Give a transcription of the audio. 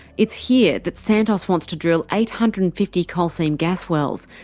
it's here that santos wants to drill eight hundred and fifty coal seam gas wells,